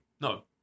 No